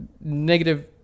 negative